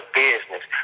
business